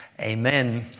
Amen